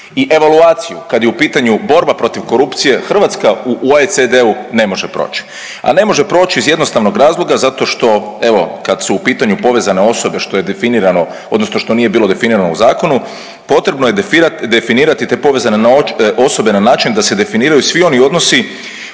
i evaluaciju kad je u pitanju borba protiv korupcije Hrvatska u OECD-u ne može proći, a ne može proći iz jednostavnog razloga zato što evo kad su u pitanju povezane osobe što je definirano odnosno što nije bilo definirano u zakonu potrebno je definirati te povezane osobe na način da se definiraju svi oni odnosi